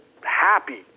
happy